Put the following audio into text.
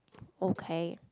okay